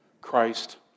Christ